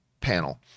panel